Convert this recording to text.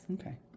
Okay